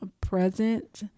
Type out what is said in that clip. present